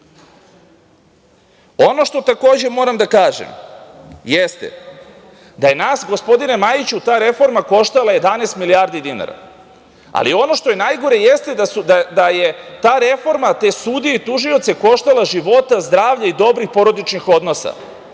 sud. Ono što takođe moram da kažem jeste da je nas, gospodine Majiću, ta reforma koštala 11 milijardi dinara, ali ono što je najgore jeste da je ta reforma te sudije i tužioce koštala života, zdravlja i dobrih porodičnih odnosa.